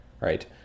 right